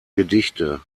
gedichte